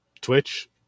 Twitch